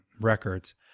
records